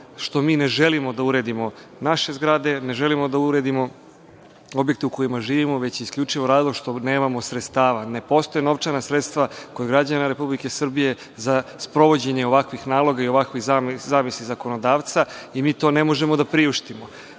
što mi ne želimo da uredimo naše zgrade, ne želimo da uredimo objekte u kojima živimo, već je isključivo razlog što nemamo sredstava. Ne postoje novčana sredstva kod građana Republike Srbije za sprovođenje ovakvih naloga i ovakvih zamisli zakonodavca i mi to ne možemo da priuštimo. Molim